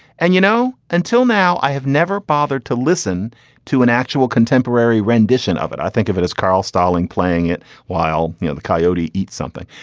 and you know until now i have never bothered to listen to an actual contemporary rendition of it. i think of it as carl starling playing it while you know the coyote eat something.